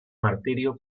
martirio